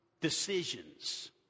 decisions